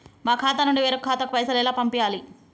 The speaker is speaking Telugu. మా ఖాతా నుండి వేరొక ఖాతాకు పైసలు ఎలా పంపియ్యాలి?